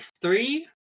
three